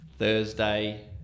Thursday